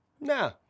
Nah